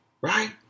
right